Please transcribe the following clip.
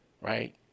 right